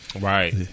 Right